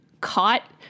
caught